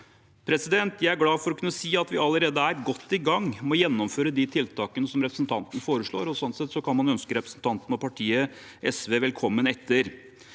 Jeg er glad for å kunne si at vi allerede er godt i gang med å gjennomføre de tiltakene representantene foreslår, og sånn sett kan man ønske representantene og partiet SV velkommen etter,